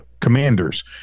commanders